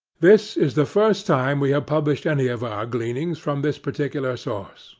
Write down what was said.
this is the first time we have published any of our gleanings from this particular source.